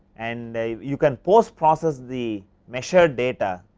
and you can pose process the measure data,